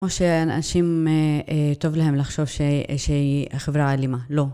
או שאנשים טוב להם לחשוב שהיא חברה אלימה, לא